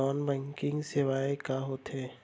Non banking सेवाएं का होथे?